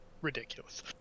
ridiculous